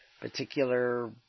particular